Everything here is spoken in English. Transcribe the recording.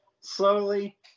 slowly